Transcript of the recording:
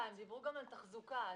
דיברו גם על תחזוקה,